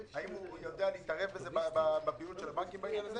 האם הוא יודע להתערב בפעילות של הבנקים בעניין הזה?